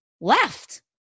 left